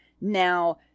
now